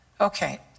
Okay